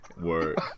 Word